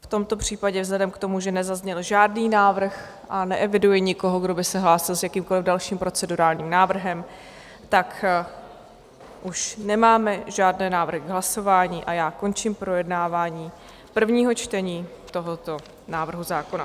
V tomto případě vzhledem k tomu, že nezazněl žádný návrh a neeviduji nikoho, kdo by se hlásil s jakýmkoliv dalším procedurálním návrhem, už nemáme žádné návrhy k hlasování a já končím projednávání prvního čtení tohoto návrhu zákona.